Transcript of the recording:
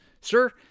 sir